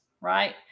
right